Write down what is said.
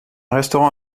restaurant